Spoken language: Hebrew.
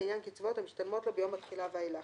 לעניין קצבאות המשתלמות לו ביום התחילה ואילך.